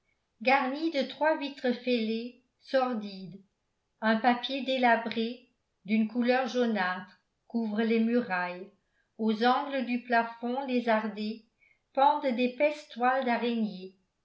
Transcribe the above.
garnie de trois vitres fêlées sordides un papier délabré d'une couleur jaunâtre couvre les murailles aux angles du plafond lézardé pendent d'épaisses toiles d'araignées